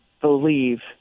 believe